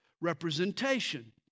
representation